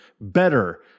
better